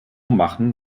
machen